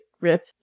rip